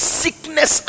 sickness